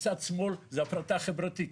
צד שמאל זה הפרטה חברתית.